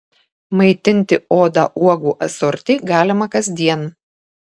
maitinti odą uogų asorti galima kasdien